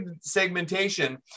segmentation